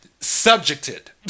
Subjected